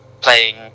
playing